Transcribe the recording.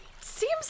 seems